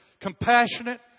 compassionate